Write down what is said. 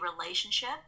relationship